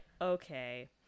okay